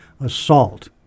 assault